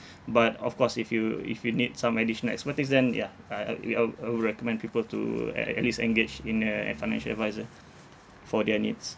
but of course if you if you need some additional expertise then ya uh I will uh I will recommend people to a~ at least engage in a a financial adviser for their needs